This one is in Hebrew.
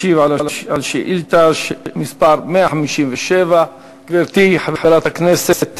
וישיב על שאילתה מס' 157. גברתי חברת הכנסת